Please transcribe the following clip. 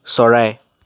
চৰাই